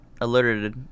alerted